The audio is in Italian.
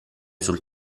sul